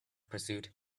pursuit